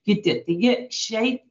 kiti taigi šiai